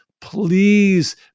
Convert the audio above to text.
please